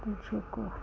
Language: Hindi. पंछियों का